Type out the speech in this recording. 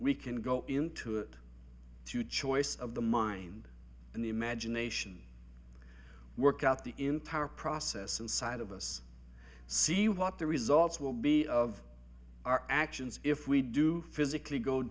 we can go into it to choice of the mind and the imagination work out the entire process inside of us see what the results will be of our actions if we do physically go